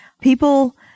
People